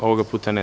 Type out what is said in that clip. Ovoga puta ne.